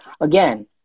again